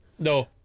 No